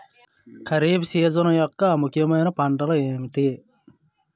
Kharif season యెక్క ముఖ్యమైన పంటలు ఏమిటీ?